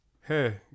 hey